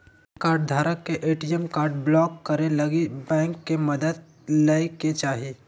कार्डधारक के ATM card block करे लगी बैंक के मदद लय के चाही